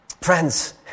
friends